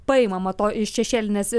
paimama to iš šešėlinės